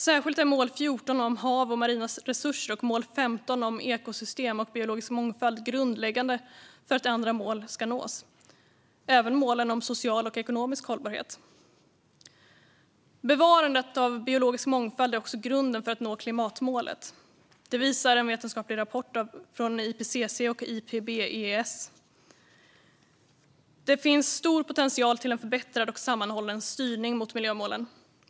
Särskilt är mål 14 om hav och marina resurser och mål 15 om ekosystem och biologisk mångfald grundläggande för att andra mål ska nås, även målen om social och ekonomisk hållbarhet. Bevarandet av biologisk mångfald är också grunden för att nå klimatmålet. Det visar en vetenskaplig rapport från IPCC och Ipbes. Det finns en stor potential att förbättra en sammanhållen styrning mot miljömålen.